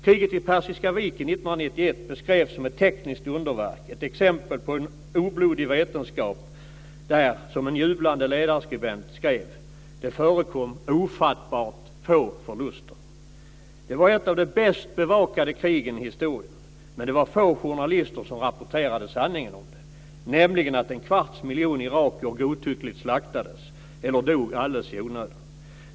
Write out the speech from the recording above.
Kriget i Persiska viken 1991 beskrevs som ett tekniskt underverk, ett exempel på en oblodig vetenskap där - som en jublande ledarskribent skrev - det förekom ofattbart få förluster. Det var ett av de bäst bevakade krigen i historien, men det var få journalister som rapporterade sanningen om det, nämligen att en kvarts miljon irakier godtyckligt slaktades eller dog alldeles i onödan.